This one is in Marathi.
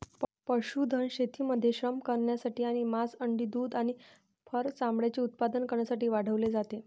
पशुधन शेतीमध्ये श्रम करण्यासाठी आणि मांस, अंडी, दूध आणि फर चामड्याचे उत्पादन करण्यासाठी वाढवले जाते